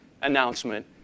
announcement